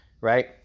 right